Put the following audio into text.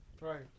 Right